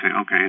okay